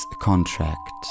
contract